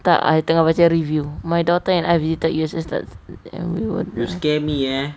tak I tengah baca review my daughter and I visited U_S_S and we were assistance